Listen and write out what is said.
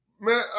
man